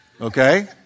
Okay